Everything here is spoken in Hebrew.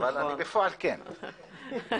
אבל בפועל אני כן חבר בוועדה.